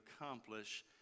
accomplish